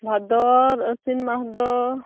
ᱵᱷᱟᱫᱚᱨ ᱟᱹᱥᱤᱱ ᱢᱟᱥᱫᱚ